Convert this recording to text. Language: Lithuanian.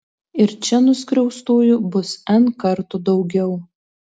ir čia nuskriaustųjų bus n kartų daugiau